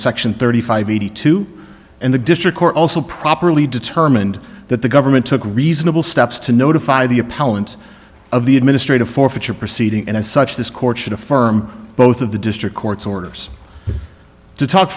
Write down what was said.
section thirty five eighty two and the district court also properly determined that the government took reasonable steps to notify the appellant of the administrative forfeiture proceeding and as such this court should a firm both of the district court's orders to talk